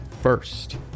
first